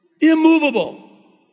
Immovable